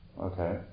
Okay